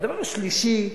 והדבר השלישי,